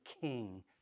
king